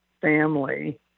family